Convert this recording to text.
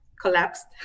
collapsed